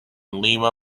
lima